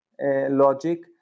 logic